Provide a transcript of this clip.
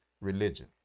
religion